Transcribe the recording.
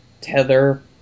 tether